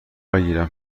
بگیرم